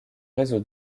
réseau